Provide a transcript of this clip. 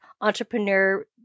entrepreneur